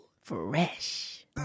Fresh